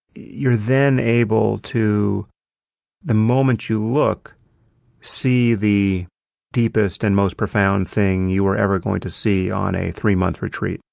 you're then able to the moment you look see the deepest and most profound thing you are ever going to see on a three-month retreat,